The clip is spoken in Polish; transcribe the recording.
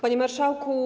Panie Marszałku!